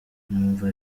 numva